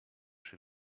she